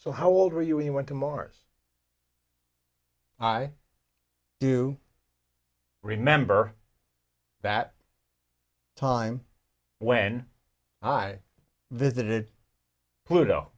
so how old were you when you went to mars i do remember that time when i visited pluto